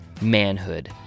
Manhood